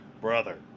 Brother